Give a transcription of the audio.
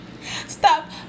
Stop